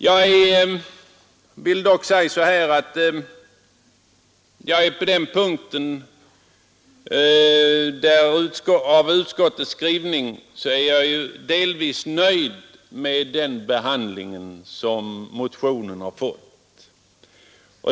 Jag vill dock säga att på den punkten av utskottets skrivning är jag delvis nöjd med behandlingen av motionen.